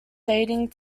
dating